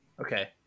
okay